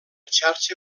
xarxa